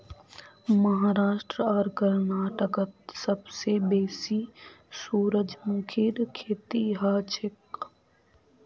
महाराष्ट्र आर कर्नाटकत सबसे बेसी सूरजमुखीर खेती हछेक